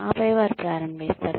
ఆపై వారు ప్రారంబిస్తారు